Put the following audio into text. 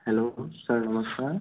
hello sir नमस्कार